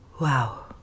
Wow